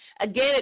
again